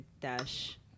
dash